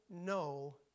no